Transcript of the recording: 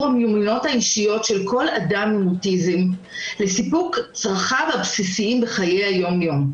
המיומנויות האישיות של כל אדם עם אוטיזם לסיפוק צרכיו הבסיסיים בחיי היומיום,